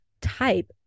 type